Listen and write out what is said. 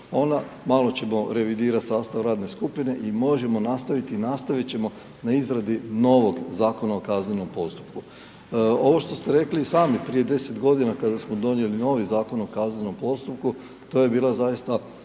ona, malo ćemo revidirati sastav radne skupine i možemo nastaviti i nastaviti ćemo n a izradi novog Zakona o kaznenom postupku. Ovo što ste rekli i sami prije 10 g. kada smo donijeli novi Zakon o kaznenom postupku, to je bila zaista